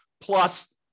plus